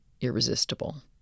irresistible